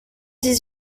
dix